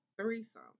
threesome